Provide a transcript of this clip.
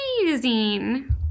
Amazing